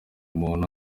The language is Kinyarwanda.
umuntu